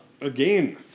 Again